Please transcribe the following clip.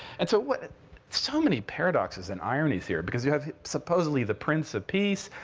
and so but so many paradoxes and ironies here. because you have, supposedly, the prince of peace.